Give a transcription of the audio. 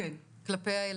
הפנימייה הזאת שנתיים כבר,